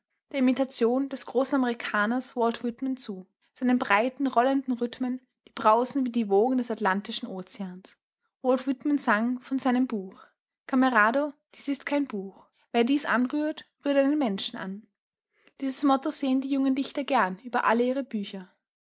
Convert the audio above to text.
der imitation des großen amerikaners walt whitman zu seinen breiten rollenden rhythmen die brausen wie die wogen des atlantischen ozeans walt whitman sang von seinem buch camerado dies ist kein buch wer dies anrührt rührt einen menschen an dieses motto sähen die jungen dichter gern über alle ihre bücher